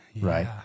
right